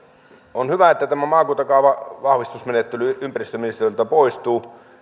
on hyvä että tämä maakuntakaavan vahvistusmenettely ympäristöministeriöltä poistuu